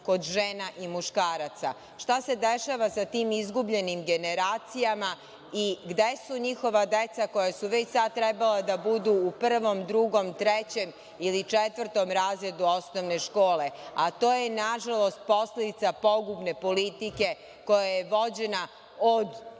kod žena i muškaraca. Šta se dešava sa tim izgubljenim generacijama i gde su njihova deca koja su već sada trebala da budu u prvom, drugom, trećem ili četvrtom razredu osnovne škole? To je nažalost posledica pogubne politike koja je vođena od